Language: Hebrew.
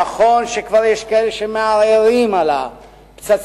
נכון שכבר יש כאלה שמערערים על עניין